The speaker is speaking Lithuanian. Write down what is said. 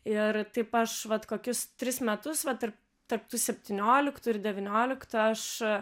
ir taip aš vat kokius tris metus vat ir tarp tų septynioliktų ir devynioliktų aš